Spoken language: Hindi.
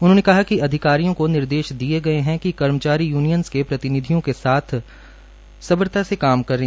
उन्होंने कहा कि अधिकारियों को निर्देश दिये गये हैं कि कर्मचारी यूनियंस के प्रतिनिधियों के साथ राबता कायम करें